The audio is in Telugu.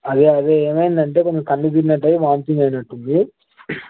అదే అదే ఏమైందంటే కొంచెం కళ్ళు తిరిగినట్టై వామితింగ్ అయినట్టు ఉంది